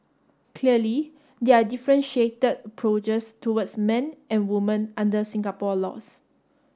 clearly there are differentiated approaches towards men and women under Singapore laws